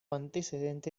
antecedente